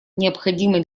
необходимо